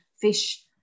fish